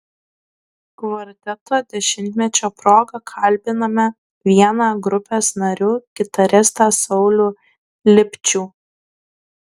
kvarteto dešimtmečio proga kalbiname vieną grupės narių gitaristą saulių lipčių